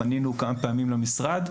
פנינו כמה פעמים למשרד,